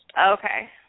Okay